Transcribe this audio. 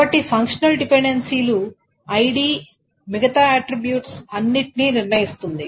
కాబట్టి ఫంక్షనల్ డిపెండెన్సీలు ఐడి మిగతా ఆట్రిబ్యూట్స్ అన్నిటిని నిర్ణయిస్తుంది